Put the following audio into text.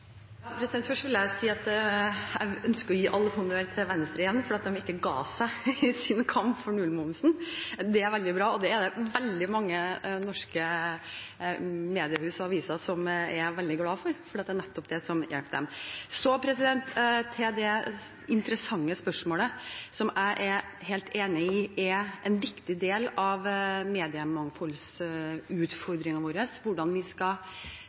Først vil jeg si at jeg igjen ønsker å gi all honnør til Venstre for at de ikke ga seg i sin kamp for nullmomsen. Det er veldig bra, og det er det veldig mange norske mediehus og aviser som er veldig glade for, for det er nettopp det som hjelper dem. Så til det interessante spørsmålet som jeg er helt enig i er en viktig del av mediemangfoldsutfordringene våre – hvordan vi skal